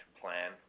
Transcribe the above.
plan